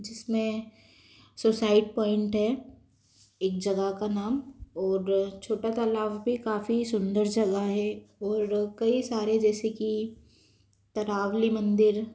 जिसमें suicide point है एक जगह का नाम और छोटा तालाब भी काफ़ी सुंदर जगह हैं और कई सारे जैसे कि तरावली मंदिर